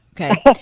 okay